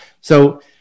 So-